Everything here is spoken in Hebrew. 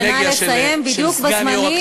ונא לסיים בדיוק בזמן.